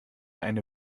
eine